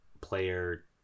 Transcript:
Player